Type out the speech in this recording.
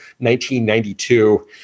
1992